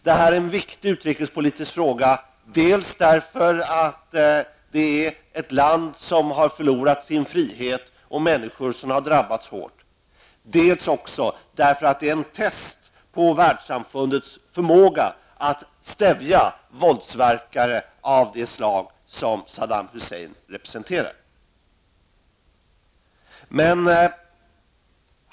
Det här är en viktig utrikespolitisk fråga, dels därför att ett land har förlorat sin frihet och människor där drabbats hårt, dels därför att det är en test på Världssamfundets förmåga att stävja våldsverkare av det slag som Saddam Hussein representerar.